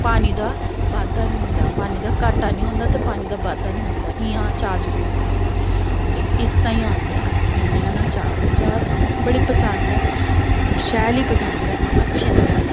पानी दा बाद्धा निं होंदा पानी दा घाट्टा निं होंदा बाद्धा निं होंदा इ'यां चाह् जरूर पीनी ते इस ताईं आखदे अस पीन्ने आं ना चाह् ते चाह् अस बड़ी पसंद ऐ शैल ई पसंद ऐ अच्छी तरह्